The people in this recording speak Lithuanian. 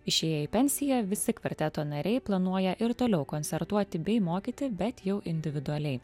išėję į pensiją visi kvarteto nariai planuoja ir toliau koncertuoti bei mokyti bet jau individualiai